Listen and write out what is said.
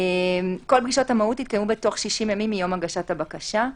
כל פגישות המהו"ת יתקיימו בתוך 60 ימים מיום הגשת הבקשה.